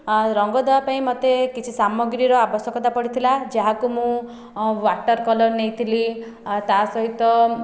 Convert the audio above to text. ଆଉ ରଙ୍ଗ ଦେବା ପାଇଁ ମୋତେ କିଛି ସାମଗ୍ରୀର ଆବଶ୍ୟକତା ପଡ଼ିଥିଲା ଯାହାକୁ ମୁଁ ୱାଟର କଲର୍ ନେଇଥିଲି ତା ସହିତ